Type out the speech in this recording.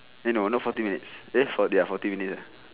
eh no not forty minutes eh fo~ ya forty minutes ah